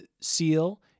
seal